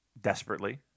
desperately